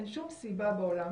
אין שום סיבה בעולם,